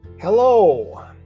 Hello